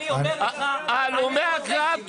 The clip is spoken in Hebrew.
אני אומר לך שאני רוצה שיקום ואתה פוגע לי בשיקום.